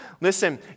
Listen